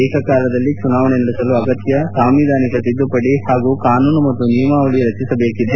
ಏಕಕಾಲದಲ್ಲಿ ಚುನಾವಣೆ ನಡೆಸಲು ಅಗತ್ಯ ಸಾಂವಿಧಾನಿಕ ತಿದ್ದುಪಡಿ ಹಾಗೂ ಕಾನೂನು ಮತ್ತು ನಿಯಮಾವಳಿ ರಚಿಸಬೇಕಿದೆ